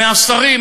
מהשרים,